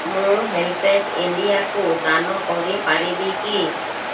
ମୁଁ ହେଲ୍ପେଜ୍ ଇଣ୍ଡିଆକୁ ଦାନ କରିପାରିବି କି